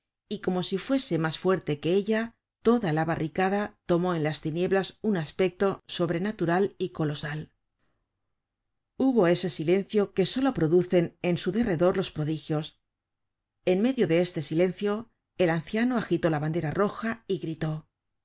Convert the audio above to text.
y como si fuese mas fuerte que ella toda la barricada tomó en las tinieblas un aspecto sobrenatural y colosal hubo ese silencio que solo producen en su derredor los prodigios en medio de este silencio el anciano agitó la bandera roja y gritó